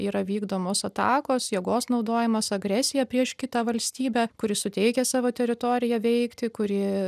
yra vykdomos atakos jėgos naudojimas agresija prieš kitą valstybę kuri suteikia savo teritoriją veikti kuri